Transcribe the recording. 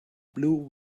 blue